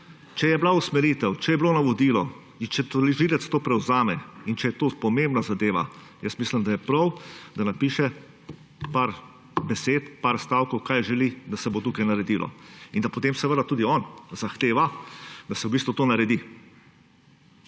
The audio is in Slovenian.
Če je bila usmeritev, če je bilo navodilo in če tožilec to prevzame in če je to pomembna zadeva, jaz mislim, da je prav, da napiše nekaj besed, nekaj stavkov, kaj želi, da se bo tukaj naredilo, in da potem tudi on zahteva, da se v bistvu to naredi.